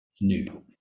new